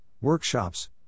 workshops